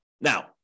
Now